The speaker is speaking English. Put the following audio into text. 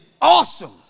awesome